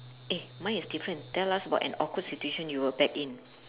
eh mine is different tell us about an awkward situation you were back in